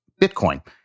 Bitcoin